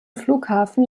flughafen